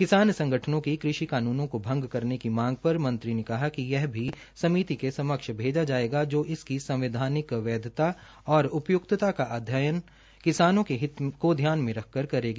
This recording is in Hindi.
किसान संगठनों की कृषि कानूनो को भंग करने की मांग पर मंत्री ने कहा यह भी समिति के समक्ष भेजा जायेगा जो इसकी संवैधानिक वैधता और उपय्क्कता का अध्ययन किसानों के हित को ध्यान में रख कर करेगी